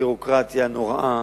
ביורוקרטיה נוראה,